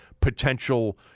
potential